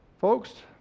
Folks